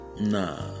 Nah